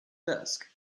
desk